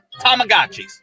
Tamagotchis